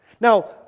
Now